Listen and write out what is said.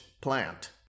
plant